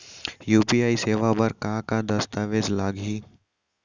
UPI सेवा बर का का दस्तावेज लागही?